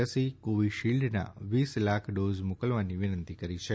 રસી કોવિશીલ્ડના વીસ લાખ ડોઝ મોકલવાની વિનંતી કરી છે